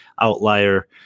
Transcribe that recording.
outlier